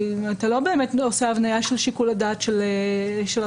אתה לא באמת עושה הבניה של שיקול הדעת של הרשות.